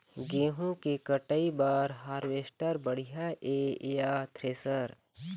गेहूं के कटाई बर हारवेस्टर बढ़िया ये या थ्रेसर?